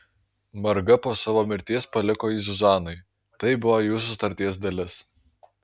marga po savo mirties paliko jį zuzanai tai buvo jų sutarties dalis